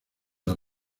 las